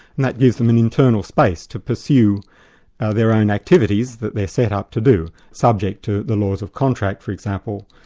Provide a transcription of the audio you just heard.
and that gives them an internal space to pursue their own activities that they're set up to do, subject to the laws of contract for example.